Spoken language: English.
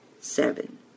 seven